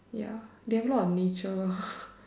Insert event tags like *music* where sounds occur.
ya they have a lot of nature *laughs*